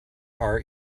our